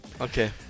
Okay